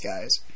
guys